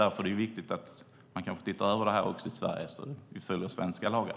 Därför är det viktigt att man tittar över detta också i Sverige, så att vi följer svenska lagar.